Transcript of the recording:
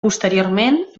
posteriorment